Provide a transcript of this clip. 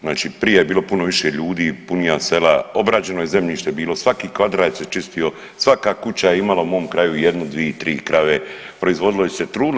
Znači prije je bilo puno više ljudi, punija sela, obrađeno je zemljište bilo, svaki kvadrat se čistio, svaka kuća je imala u mom kraju jednu, dvi, tri krave, proizvodilo je se trudilo.